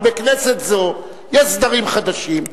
אבל בכנסת זו יש סדרים חדשים.